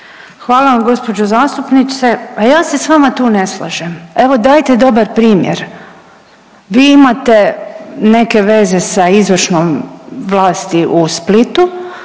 Hvala vam gospođo zastupnice, a ja se s vama tu ne slažem. Evo dajete dobar primjer, vi imate neke veze sa izvršnom vlasti u Splitu